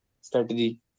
strategy